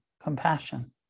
compassion